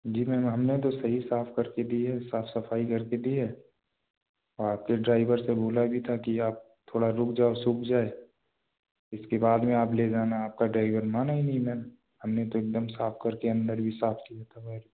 जी ma'am हम ने तो सही साफ़ कर के दी है साफ़ सफ़ाई कर के दी है और आप के ड्राइवर से बोला भी था कि आप थोड़ा रुक जाओ सूख जाए इसके बाद में आप ले जाना आपका ड्राइवर माना ही नहीं मैम हम ने तो एक दम साफ़ कर के अंदर भी साफ़ किया था मैडम